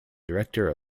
director